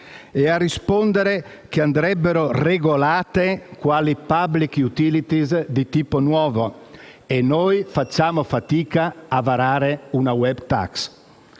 e a rispondere che andrebbero regolate quale *public* *utility* di tipo nuovo, mentre noi facciamo fatica a varare una *web tax*.